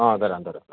ആ തരാം തരാം തരാം